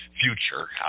future